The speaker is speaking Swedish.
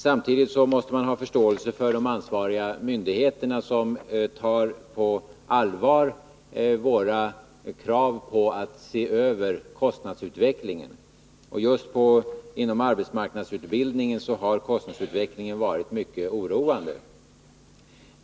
Samtidigt måste man ha förståelse för de ansvariga myndigheterna, som tar på allvar våra krav på att se över kostnadsutvecklingen. Just inom arbetsmarknadsutbildningen har den varit mycket oroande.